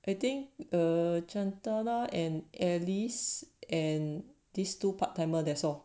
I think the chantana and alice and these two part timer that's all